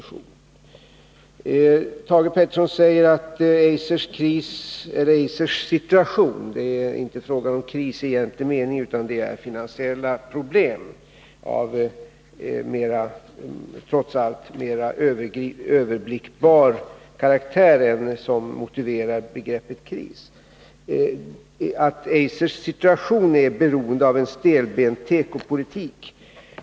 Thage Peterson säger att Eisers situation — det är inte fråga om kris i egentlig mening utan om finansiella problem, som trots allt har mer överblickbar karaktär och inte motiverar begreppet kris — beror på en stelbent tekopolitik.